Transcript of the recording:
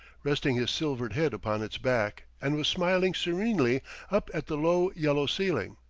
resting his silvered head upon its back, and was smiling serenely up at the low yellow ceiling.